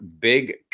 big